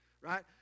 Right